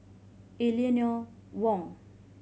Eleanor Wong